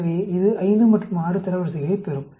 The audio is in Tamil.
எனவே இது 5 மற்றும் 6 தரவரிசைகளைப் பெறும்